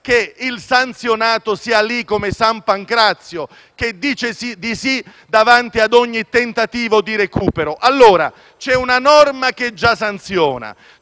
che il sanzionato stia lì come san Pancrazio, che dice di sì davanti a ogni tentativo di recupero. C'è allora una norma che già sanziona,